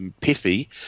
pithy